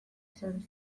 esan